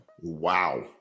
Wow